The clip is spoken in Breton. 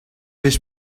wech